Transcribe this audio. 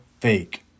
fake